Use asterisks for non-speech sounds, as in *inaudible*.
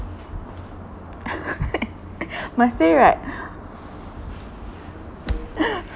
*laughs* must say right *laughs*